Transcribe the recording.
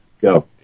Go